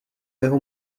jeho